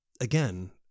again